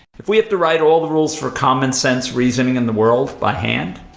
if we have to write all the rules for common-sense reasoning in the world by hand,